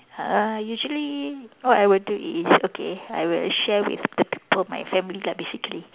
uh usually what I would do is okay I would share with the people my family lah basically